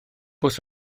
bws